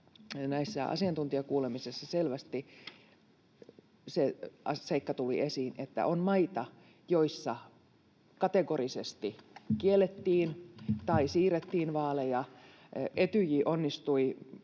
aikana: Asiantuntijakuulemisissa selvästi tuli esiin se seikka, että on maita, joissa kategorisesti kiellettiin tai siirrettiin vaaleja. Etyj onnistui